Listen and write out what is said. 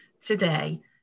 today